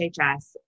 HHS